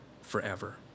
forever